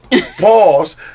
Pause